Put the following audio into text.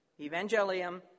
evangelium